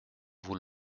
vous